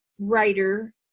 writer